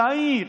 יאיר,